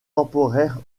temporaires